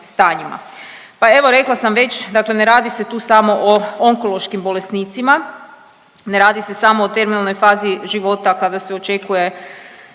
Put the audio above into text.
Pa evo rekla sam već, dakle ne radi se tu samo o onkološkim bolesnicima, ne radi se samo o termalnoj fazi života kada se očekuje